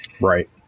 Right